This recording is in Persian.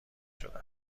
شده